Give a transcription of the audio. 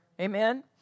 Amen